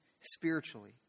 spiritually